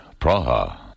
Praha